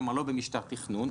כלומר לא במשטר תכנון,